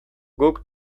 guk